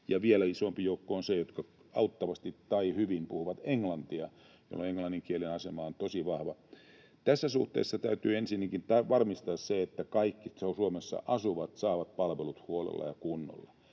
vielä isompi joukko on se, joka puhuu auttavasti tai hyvin englantia, jolloin englannin kielen asema on tosi vahva. Tässä suhteessa täytyy ensinnäkin varmistaa se, että kaikki Suomessa asuvat saavat palvelut huolella ja kunnolla,